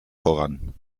voran